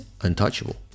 untouchable